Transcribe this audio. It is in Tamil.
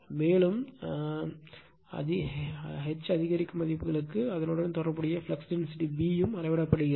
மேலும் அதிகரிக்கும் H மதிப்புகளுக்கு அதனுடன் தொடர்புடைய ஃப்ளக்ஸ் டென்சிட்டி B அளவிடப்படுகிறது